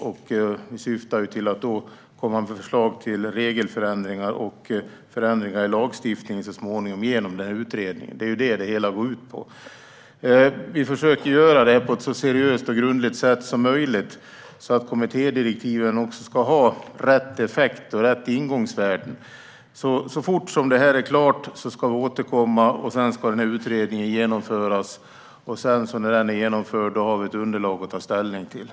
Det syftar till att komma med förslag till regelförändringar och förändringar i lagstiftningen så småningom genom den här utredningen. Det är det som det hela går ut på. Vi försöker göra det här på ett så seriöst och grundligt sätt som möjligt så att kommittédirektiven också ska ha rätt effekt och rätt ingångsvärden. Så fort som det här är klart ska vi återkomma, och sedan ska utredningen genomföras. När den är genomförd har vi ett underlag att ta ställning till.